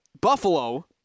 Buffalo